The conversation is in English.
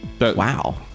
Wow